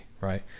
right